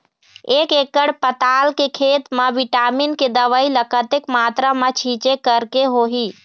एक एकड़ पताल के खेत मा विटामिन के दवई ला कतक मात्रा मा छीचें करके होही?